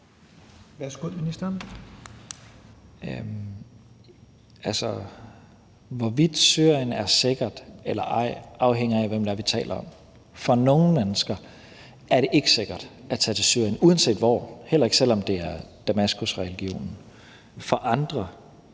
Hvorvidt Syrien er sikkert eller ej, afhænger af, hvem det er det, vi taler om. For nogle mennesker er det ikke sikkert at tage til Syrien uanset hvor, heller ikke selv om det er Damaskusregionen.